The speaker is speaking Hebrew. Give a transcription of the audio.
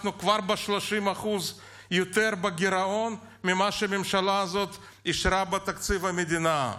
אנחנו כבר ב-30% יותר גירעון ממה שהממשלה הזאת אישרה בתקציב המדינה.